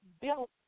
built